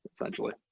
essentially